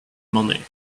money